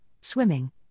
swimming